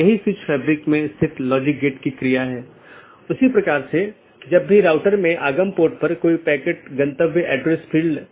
और फिर दूसरा एक जीवित है जो यह कहता है कि सहकर्मी उपलब्ध हैं या नहीं यह निर्धारित करने के लिए कि क्या हमारे पास वे सब चीजें हैं